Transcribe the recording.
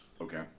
Okay